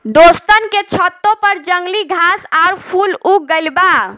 दोस्तन के छतों पर जंगली घास आउर फूल उग गइल बा